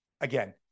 again